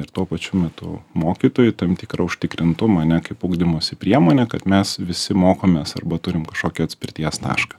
ir tuo pačiu metu mokytojui tam tikrą užtikrintumą ne kaip ugdymosi priemonė kad mes visi mokomės arba turim kažkokį atspirties tašką